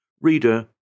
Reader